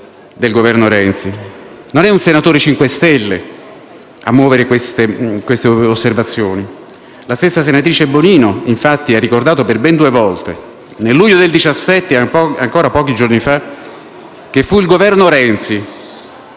- del Governo Renzi. Non è un senatore 5 stelle a muovere queste osservazioni. La stessa senatrice Bonino, infatti, ha ricordato per ben due volte (nel luglio 2017 e, ancora, pochi giorni fa) che fu il Governo Renzi,